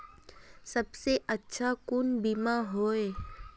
सबसे अच्छा कुन बिमा होय?